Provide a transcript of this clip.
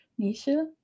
Nisha